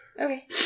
Okay